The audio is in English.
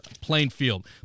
Plainfield